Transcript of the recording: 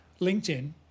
LinkedIn